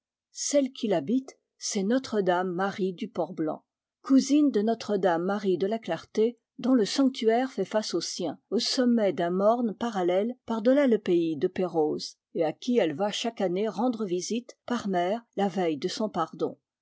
celle qui l'habite c'est notre-dame marie du port blanc cousine de notre-dame marie de la clarté dont le sanctuaire fait face au sien au sommet d'un morne parallèle par delà le pays de perros et à qui elle va chaque année rendre visite par mer la veille de son pardon